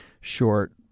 short